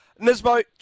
Nismo